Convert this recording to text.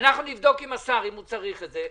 אנחנו נבדוק עם השר אם הוא צריך את זה.